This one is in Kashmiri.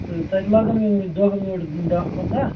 تہٕ تَتہِ لَگَن مےٚ وُنہِ دۄہ ٲٹھ دَہ پَنٛداہ